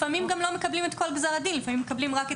לפעמים גם לא מקבלים את כל גזר הדין אלא רק